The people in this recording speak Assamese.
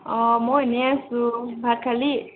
অঁ মই এনেই আছো ভাত খালী